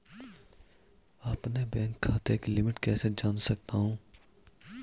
अपने बैंक खाते की लिमिट कैसे जान सकता हूं?